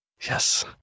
Yes